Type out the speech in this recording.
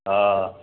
हा